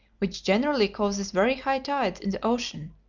which generally causes very high tides in the ocean,